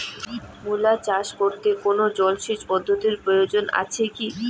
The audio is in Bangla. মূলা চাষ করতে কোনো জলসেচ পদ্ধতির প্রয়োজন আছে কী?